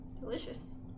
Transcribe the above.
Delicious